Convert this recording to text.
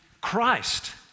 Christ